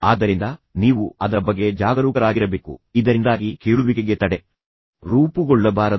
ಆದ್ದರಿಂದ ನೀವು ಅದರ ಬಗ್ಗೆ ಜಾಗರೂಕರಾಗಿರಬೇಕು ಇದರಿಂದಾಗಿ ಕೇಳುವಿಕೆಗೆ ತಡೆ ರೂಪುಗೊಳ್ಳಬಾರದು